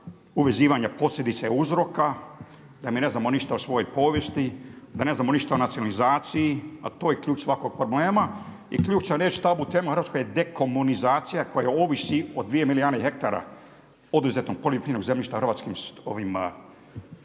uvezivanja posljedica i uzroka, da mi ne znamo ništa o svojoj povijesti, da ne znamo ništa o nacionalizaciji, a to je ključ svakog problema. I ključna riječ, tabu tema u Hrvatskoj je dekomunizacija koja ovisi o dvije milijuna hektara oduzetog poljoprivrednog zemljišta hrvatskim farmerima,